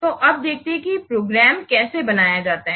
तो अब देखते हैं कि प्रोग्राम कैसे बनाया जाता है